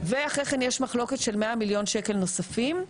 ואחרי כן יש מחלוקת של 100 מיליון שקלים נוספים,